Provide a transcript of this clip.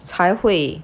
才会